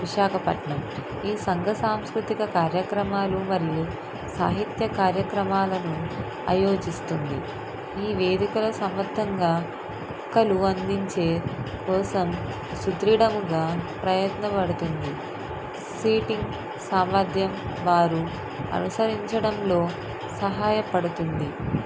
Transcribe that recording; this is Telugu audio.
విశాఖపట్నం ఈ సంఘసంస్కృతిక కార్యక్రమాలు మరియు సాహిత్య కార్యక్రమాలను ఆయోజిస్తుంది ఈ వేదికల సమర్థంగా వక్తలు అందించే కోసం సుదీర్ఘంగాప్రయత్న పడుతుంది సీటింగ్ సామర్థ్యం వారు అనుసరించడంలో సహాయపడుతుంది